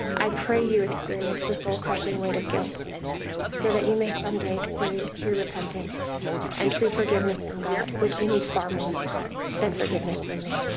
i pray you experience the soul crushing weight of guilt so you may some day experience true repentant and true forgiveness from god, which you need far more than forgiveness from me,